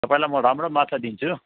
तपाईँलाई म राम्रो माछा दिन्छु